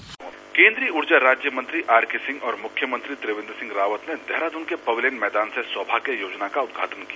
vice केन्द्रीय ऊर्जा राज्य मंत्री आर के सिंह और मुख्यमंत्री त्रिवेन्द्र सिंह रावत ने देहरादून के पुवेलियन मैदान से सौभाग्य योजना का उदघाटन किया